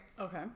okay